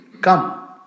come